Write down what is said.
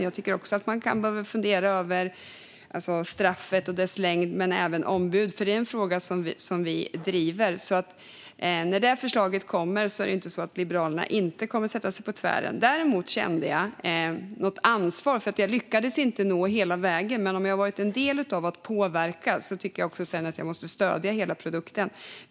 Jag tycker också att man behöver fundera över straffet och dess längd, men man behöver också fundera över ombud som är en fråga som vi driver. När detta förslag kommer är det inte så att Liberalerna kommer att sätta sig på tvären. Däremot kände jag ett ansvar för att jag inte lyckades nå hela vägen. Men om jag har haft del i att påverka detta tycker jag också att jag sedan måste stödja hela produkten.